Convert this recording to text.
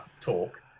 talk